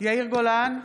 יאיר גולן,